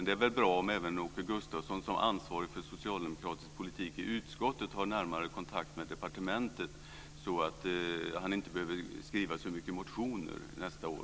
Det är bra om även Åke Gustavsson, som ansvarig för socialdemokratisk politik i utskottet, har närmare kontakt med departementet, så att han inte behöver skriva så många motioner.